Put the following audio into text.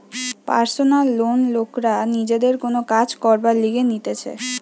personal loan লোকরা নিজের কোন কাজ করবার লিগে নিতেছে